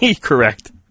Correct